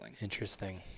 Interesting